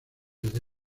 desde